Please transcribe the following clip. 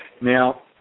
Now